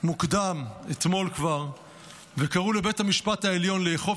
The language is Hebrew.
כבר מוקדם אתמול וקראו לבית המשפט העליון לאכוף